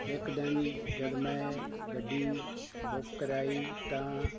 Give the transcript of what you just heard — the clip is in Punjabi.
ਇੱਕ ਦਿਨ ਜਦੋਂ ਮੈਂ ਗੱਡੀ ਬੁੱਕ ਕਰਵਾਈ ਤਾਂ